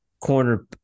corner